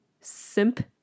simp